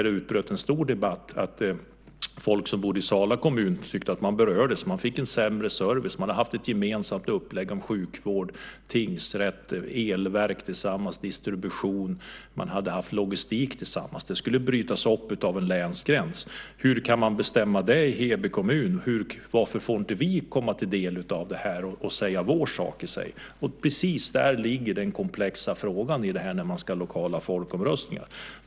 Det utbröt en stor debatt. Människor som bodde i Sala kommun tyckte att de berördes. De fick en sämre service. Man hade haft ett gemensamt upplägg om sjukvård, tingsrätter, elverk och distribution tillsammans. Man hade haft logistik tillsammans. Det skulle brytas upp av en länsgräns. Hur kan man bestämma det i Heby kommun? Varför får inte vi ta del av det här och säga vår sak? Så sade man. Precis detta är den komplexa frågan i lokala folkomröstningar.